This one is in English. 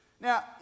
now